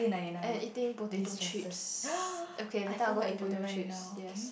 and eating potato chips okay later I'm gonna eat potato chips yes